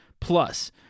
Plus